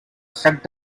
struck